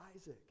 Isaac